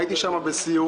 הייתי שם בסיור.